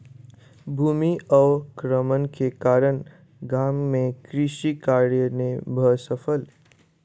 भूमि अवक्रमण के कारण गाम मे कृषि कार्य नै भ सकल